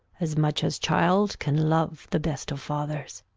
as much as child can love the best of fathers.